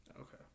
okay